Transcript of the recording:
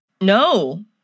No